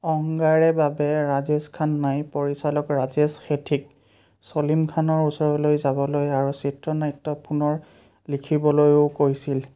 অঙ্গাৰে বাবে ৰাজেচ খান্নাই পৰিচালক ৰাজেচ হেঠীক চলিম খানৰ ওচৰলৈ যাবলৈ আৰু চিত্ৰনাট্য পুনৰ লিখিবলৈও কৈছিল